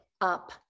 up